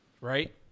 right